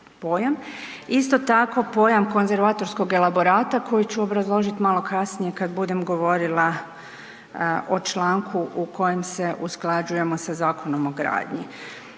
Isto tako pojam „konzervatorskog elaborata“ koji ću obrazložit malo kasnije kad budem govorila o članku u kojem se usklađujemo sa Zakonom o gradnji.